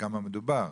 בכמה מדובר.